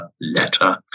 letter